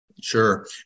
Sure